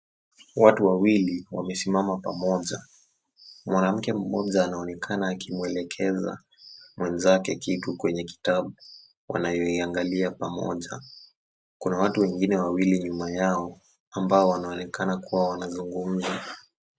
Watu wawili wamesimama pamoja. Mwanamke mmoja anaonekana akimuelekeza mwenzake kitu kwenye kitabu wanayoiangalia pamoja. Kuna watu wengine wawili nyuma yao ambao wanaonekana kuwa wanazungumza.